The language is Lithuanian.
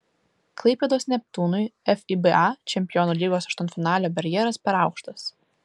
klaipėdos neptūnui fiba čempionų lygos aštuntfinalio barjeras per aukštas